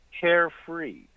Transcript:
carefree